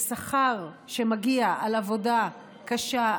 לשכר שמגיע על עבודה קשה,